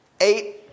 eight